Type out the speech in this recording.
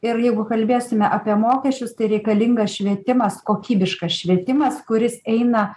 ir jeigu kalbėsime apie mokesčius tai reikalingas švietimas kokybiškas švietimas kuris eina